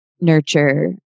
nurture